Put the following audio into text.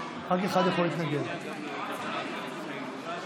אותי מתנגד או מלין על סיוע,